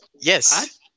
Yes